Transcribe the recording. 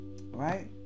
Right